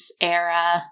era